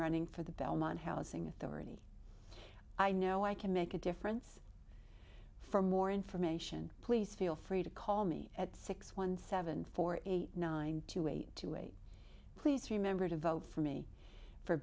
running for the belmont housing authority i know i can make a difference for more information please feel free to call me at six one seven four eight nine to eight to eight please remember to vote for me for